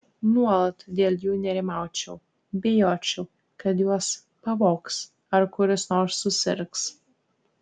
nuolat dėl jų nerimaučiau bijočiau kad juos pavogs ar kuris nors susirgs